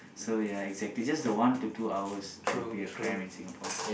so ya exactly just the one to two hours will be cramp in Singapore